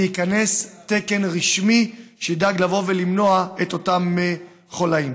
וייכנס תקן רשמי שידאג לבוא ולמנוע את אותם חוליים.